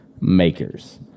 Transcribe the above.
makers